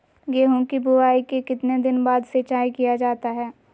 गेंहू की बोआई के कितने दिन बाद सिंचाई किया जाता है?